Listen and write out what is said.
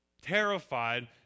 terrified